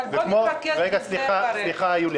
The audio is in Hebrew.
בוא נתמקד בזה כרגע.